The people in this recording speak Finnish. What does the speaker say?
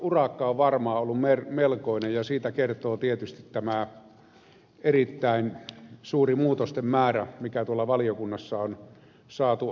urakka on varmaan ollut melkoinen ja siitä kertoo tietysti tämä erittäin suuri muutosten määrä mikä valiokunnassa on saatu aikaan